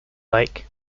like